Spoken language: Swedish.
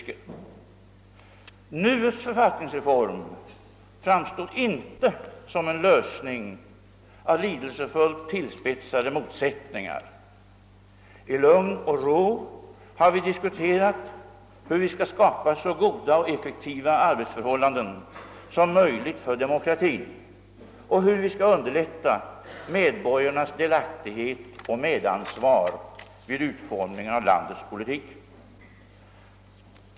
Nuets författningsreform framstår inte som en lösning av lidelsefullt tillspetsade motsättningar. I lugn och ro har vi diskuterat hur vi skall skapa så goda och effektiva arbetsförhållanden som möjligt för demokratin och hur vi skall underlätta medborgarnas delaktighet och medansvar vid utformningen av landets politik.